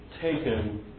taken